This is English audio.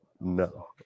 No